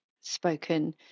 spoken